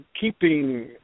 keeping